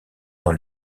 dans